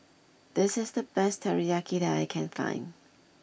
this is the best Teriyaki that I can find